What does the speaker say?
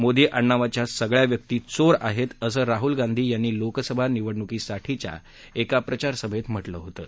मोदी आडनावाच्या सगळ्या व्यक्ती चोर आहेत असं राहुल गांधी यांनी लोकसभा निवडणुकीसाठीच्या एका प्रचारसभेत म्हटलं होतं